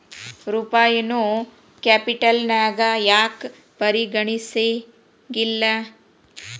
ರೂಪಾಯಿನೂ ಕ್ಯಾಪಿಟಲ್ನ್ಯಾಗ್ ಯಾಕ್ ಪರಿಗಣಿಸೆಂಗಿಲ್ಲಾ?